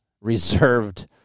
reserved